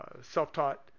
self-taught